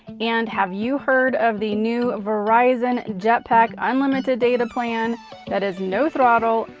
and have you heard of the new verizon jetpack unlimited data plan that has no throttle,